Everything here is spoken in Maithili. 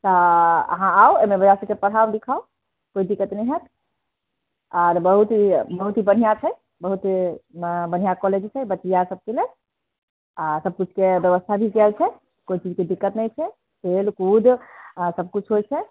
तऽ अहाँ आउ एहिमे बौआ सबके पढ़ाउ लिखाउ कोइ दिक्कत नहि होएत आर बहुत ही बहुत ही बढ़िआँ छै बहुते बढ़िआँ कॉलेज छै बचिया सबके लेल आ सब चीजके व्यबस्था भी कएल छै कोइ चीजके दिक्कत नहि छै खेल कूद सब किछु ठीक छै